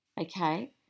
okay